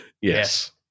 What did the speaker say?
Yes